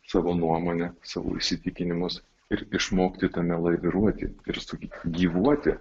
savo nuomonę savo įsitikinimus ir išmokti tame laiviruoti ir sakt gyvuoti